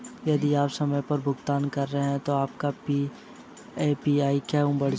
यदि आप समय पर भुगतान कर रहे हैं तो आपका ए.पी.आर क्यों बढ़ जाता है?